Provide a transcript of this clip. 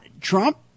Trump